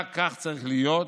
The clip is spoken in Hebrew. רק כך צריך להיות,